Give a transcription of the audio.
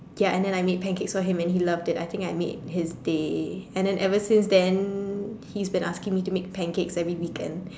ya and then I made pancakes for him and he loved it and I think I made his day and then ever since then he's been asking me to make pancakes every weekend